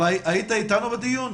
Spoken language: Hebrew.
היית אתנו בדיון?